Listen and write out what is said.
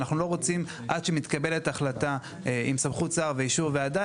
עד שתתקבל החלטה עם סמכות של שר ואישור הוועדה